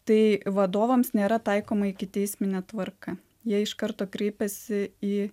tai vadovams nėra taikoma ikiteisminė tvarka jie iš karto kreipiasi į